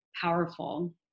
powerful